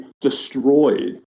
destroyed